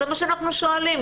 זה מה שאנחנו שואלים.